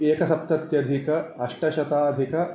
एकसप्तत्यधिक अष्टशताधिक